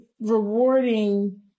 rewarding